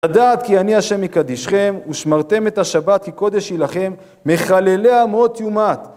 לדעת כי אני השם מקדישכם ושמרתם את השבת כקודש שלכם מחלליה מות יומת